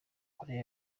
koreya